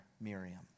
Miriam